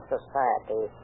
Society